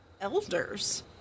elders